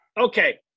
okay